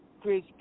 Chris